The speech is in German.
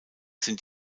sind